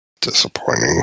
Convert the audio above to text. Disappointing